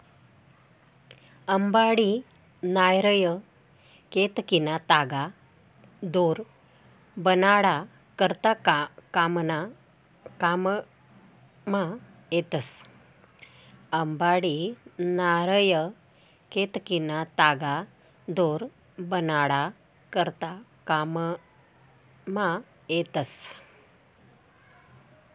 अंबाडी, नारय, केतकीना तागा दोर बनाडा करता काममा येतस